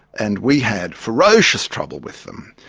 and we had ferocious trouble with them.